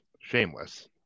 Shameless